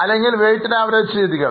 അല്ലെങ്കിൽ weighted average രീതികൾ